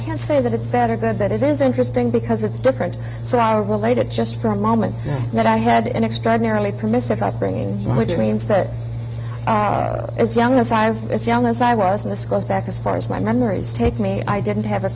can't say that it's better good but it is interesting because it's different so are related just for a moment that i had an extraordinarily permissive upbringing which means that as young as i as young as i was in the skies back as far as my memories take me i didn't have a